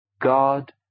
God